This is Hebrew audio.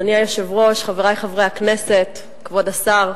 אדוני היושב-ראש, חברי חברי הכנסת, כבוד השר,